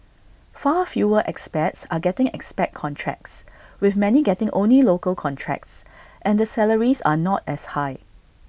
far fewer expats are getting expat contracts with many getting only local contracts and the salaries are not as high